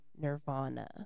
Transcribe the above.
Nirvana